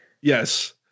Yes